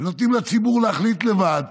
נותנים לציבור להחליט לבד,